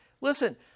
Listen